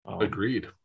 Agreed